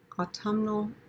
Autumnal